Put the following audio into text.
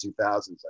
2000s